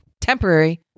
temporary